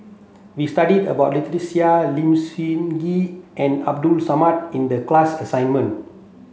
we studied about Lynnette Seah Lim Sun Gee and Abdul Samad in the class assignment